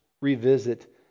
revisit